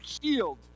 healed